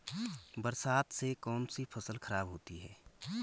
बरसात से कौन सी फसल खराब होती है?